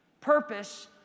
Purpose